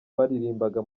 baririmbaga